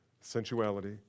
sensuality